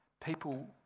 people